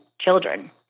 children